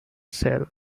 cell